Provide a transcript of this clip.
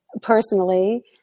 Personally